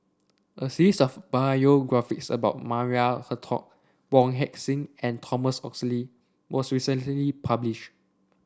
a series of biographies about Maria Hertogh Wong Heck Sing and Thomas Oxley was recently publish